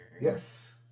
Yes